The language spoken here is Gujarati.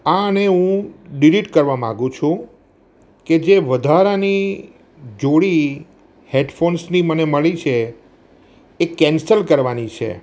આને હું ડીલીટ કરવા માગું છું કે જે વધારાની જોડી હેડફોન્સની મને મળી છે એ કેન્સલ કરવાની છે